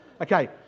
Okay